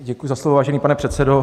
Děkuji za slovo, vážený pane předsedo.